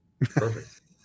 Perfect